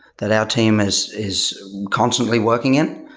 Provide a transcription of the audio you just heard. that our team is is constantly working in.